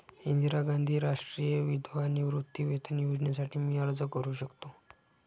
इंदिरा गांधी राष्ट्रीय विधवा निवृत्तीवेतन योजनेसाठी मी अर्ज करू शकतो?